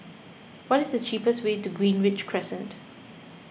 what is the cheapest way to Greenridge Crescent